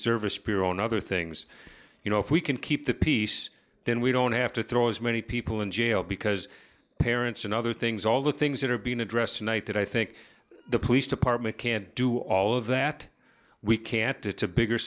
service bureau and other things you know if we can keep the peace then we don't have to throw as many people in jail because parents and other things all the things that are being addressed tonight that i think the police department can't do all of that we can't get to bigger